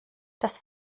das